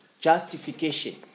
justification